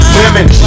women